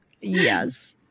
Yes